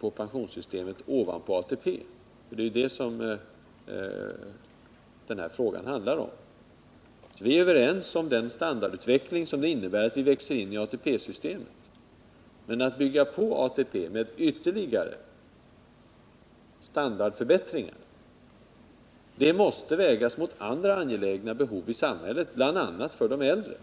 på pensionssystemet ovanpå ATP — det är ju det den här interpellationen handlar om. Vi är överens om den standardutveckling som det innebär att vi växer in i ATP-systemet. Men en påbyggnad på ATP med ytterligare standard förbättringar måste vägas mot andra angelägna behov i samhället, bl.a. för de äldre.